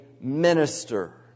minister